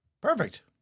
perfect